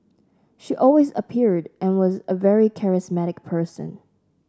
she always appeared and was a very charismatic person